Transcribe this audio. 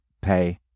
pay